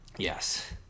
Yes